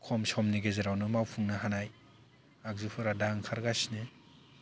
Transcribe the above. खम' समनि गेजेरावनो मावफुंनो हानाय आगजुफोरा दा ओंखारगासिनो